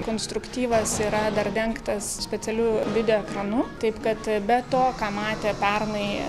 konstruktyvas yra dar dengtas specialiu video ekranu taip kad be to ką matė pernai